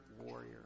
warrior